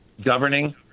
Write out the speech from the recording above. governing